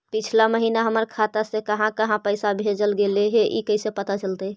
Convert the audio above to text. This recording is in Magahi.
पिछला महिना हमर खाता से काहां काहां पैसा भेजल गेले हे इ कैसे पता चलतै?